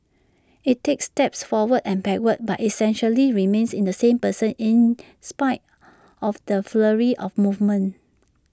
IT takes steps forward and backward but essentially remains in the same position in spite of the flurry of movements